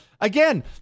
again